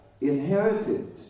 inherited